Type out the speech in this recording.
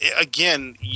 again